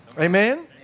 Amen